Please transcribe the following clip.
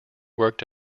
worked